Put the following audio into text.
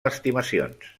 estimacions